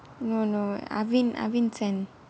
no no arvin arvin sent